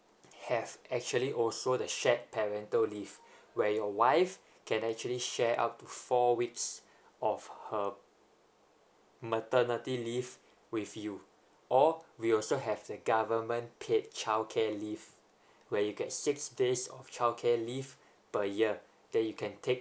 have actually also the shared parental leave where your wife can actually share up to four weeks of her maternity leave with you or we also have the government paid childcare leave where you get six days of childcare leave per year that you can take